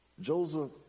Joseph